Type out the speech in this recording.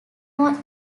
more